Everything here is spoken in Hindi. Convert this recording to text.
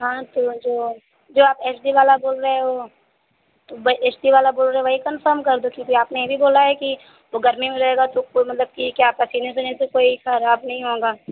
हाँ तो जो जो आप एच डी वाला बोल रहे हो तो वहीं वह एच डी वाला बोल रहे हैं वहीं कन्फर्म कर दूँ क्योंकि आपने यह भी बोला है कि वह गर्मी हो जाएगा तो कोई मतलब कि क्या पसीने उसीने से होने से कोई खराब नहीं होगा